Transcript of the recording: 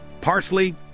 parsley